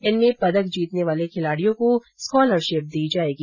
इनमें पदक जीतने वाले खिलाडियों को स्कॉलरशिप दी जायेगी